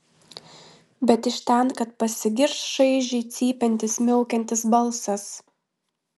bet iš ten kad pasigirs šaižiai cypiantis miaukiantis balsas